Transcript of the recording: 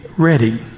ready